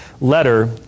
letter